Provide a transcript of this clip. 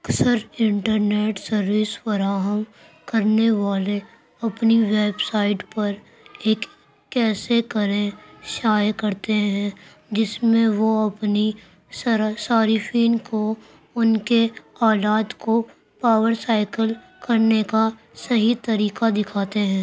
اکثر internet service فراہم کرنے والے اپنی ویب سائٹ پر ایک کیسے کریں شائع کرتے ہیں جس میں وہ اپنے صرا صارفین کو ان کے اولاد کو پاور سائیکل کرنے کا صحیح طریقہ دکھاتے ہیں